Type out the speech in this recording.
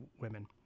women